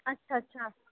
अच्छा अच्छा